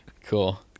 cool